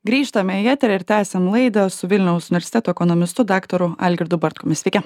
grįžtame į eterį ir tęsiam laidą su vilniaus universiteto ekonomistu daktaru algirdu bartkum sveiki